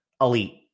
elite